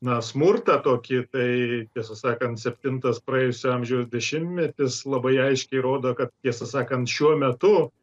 na smurtą tokį tai tiesą sakant septintas praėjusio amžiaus dešimtmetis labai aiškiai rodo kad tiesą sakant šiuo metu